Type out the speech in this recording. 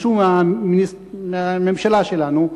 מישהו מהממשלה שלנו,